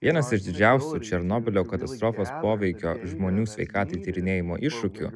vienas iš didžiausių černobylio katastrofos poveikio žmonių sveikatai tyrinėjimo iššūkių